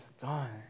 gone